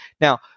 now